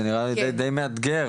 זה נראה די מאתגר,